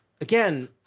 again